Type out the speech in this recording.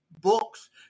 books